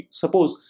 suppose